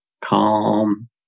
Calm